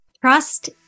Trust